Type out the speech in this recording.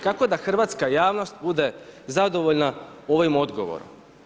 Kako da hrvatska javnost bude zadovoljna ovim odgovorom?